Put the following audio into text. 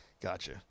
Gotcha